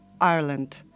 Ireland